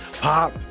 pop